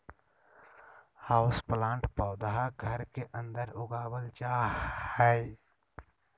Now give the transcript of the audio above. houseplant पौधा घर के अंदर उगावल जा हय